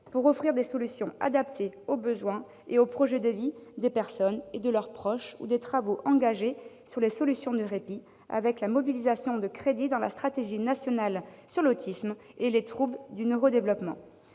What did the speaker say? pour offrir des solutions adaptées aux besoins et aux projets de vie des personnes et de leurs proches ou des travaux engagés sur les solutions de répit, avec la mobilisation de crédits au titre de la Stratégie nationale pour l'autisme au sein des troubles du neuro-développement.